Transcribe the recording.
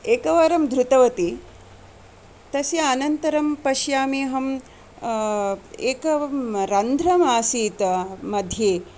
एकवारं धृतवती तस्य अनन्तरं पश्यामि अहम् एकं रन्ध्रम् आसीत् मध्ये